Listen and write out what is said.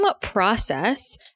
process